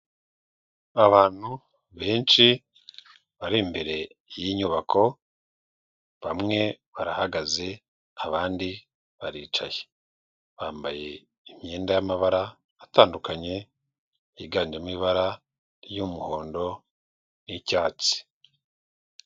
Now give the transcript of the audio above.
Abantu benshi bari imbere y'inyubako bamwe barahagaze abandi baricaye, bambaye imyenda y'amabara atandukanye yiganjemo ibara ry'umuhondo n'icyatsi.